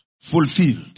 fulfilled